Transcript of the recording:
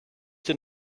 den